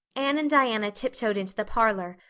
anne and diana tiptoed into the parlor,